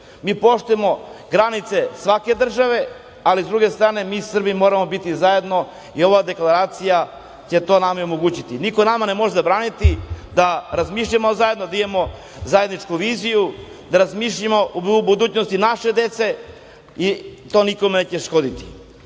Mi poštujemo granice svake države, ali s druge strane mi Srbi moramo biti zajedno i ova deklaracija će to nama omogućiti. Niko nama ne može zabraniti da razmišljamo zajedno, da imamo zajednički viziju, da razmišljamo o budućnosti naše dece i to nikome neće škoditi. Jedna